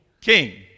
King